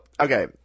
okay